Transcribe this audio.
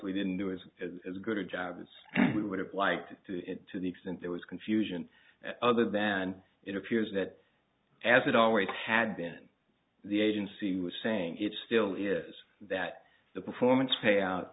we didn't do is as good a job as we would have liked to to the extent there was confusion other than it appears that as it always had been the agency was saying it's still is that the performance payout